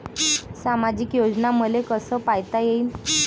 सामाजिक योजना मले कसा पायता येईन?